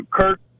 Kirk